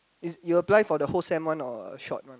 is you apply for the whole sem one or short one